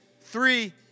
three